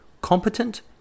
...competent